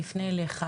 אני אפנה אליך,